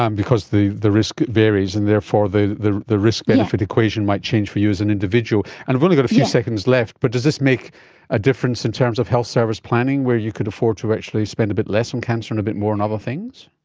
um because the the risk varies, and therefore the the risk benefit equation might change for you as an individual. and we've only got a few seconds left, but does this make a difference in terms of health service planning where you could afford to actually spend a bit less on cancer and a bit more on other things?